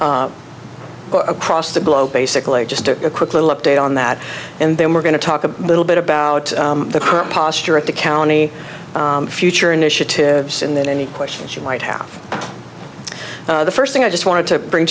across the globe basically just a quick little update on that and then we're going to talk a little bit about the current posture at the county future initiatives in that any questions you might have the first thing i just want to bring